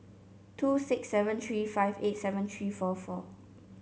two six seven three five eight seven three four four